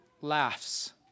laughs